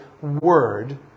word